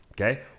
Okay